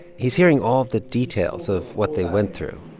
he's hearing all the details of what they went through